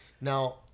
Now